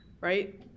right